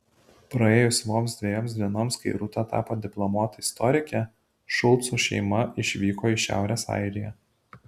praėjus vos dviems dienoms kai rūta tapo diplomuota istorike šulcų šeima išvyko į šiaurės airiją